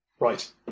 Right